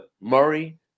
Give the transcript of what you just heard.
Murray